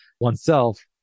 oneself